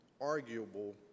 Arguable